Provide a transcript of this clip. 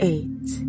Eight